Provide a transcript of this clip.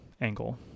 angle